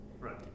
Right